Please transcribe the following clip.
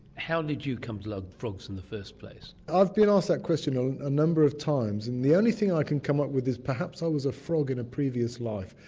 how did you come to love frogs in the first place? i've been asked that question ah and a number of times, and the only thing i can come up with is perhaps i was a frog in a previous life.